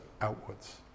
outwards